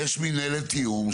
יש מינהלת תיאום,